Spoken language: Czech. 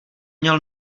měl